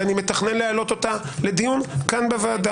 ואני מתכנן להעלות אותה לדיון כאן בוועדה.